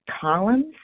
columns